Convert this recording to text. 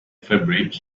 fabric